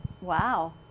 Wow